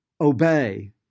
obey